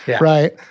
Right